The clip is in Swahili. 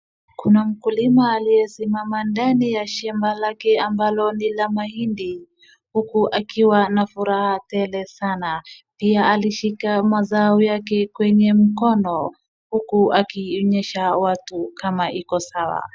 Kuna mkulima aliyesimama ndani ya shamba lake ambalo ni la mahindi huku akiwa na furaha tele sana. Pia alishika mazao yake kwenye mkono huku akionyesha watu kama iko sawa.